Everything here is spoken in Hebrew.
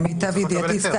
למיטב ידיעתי,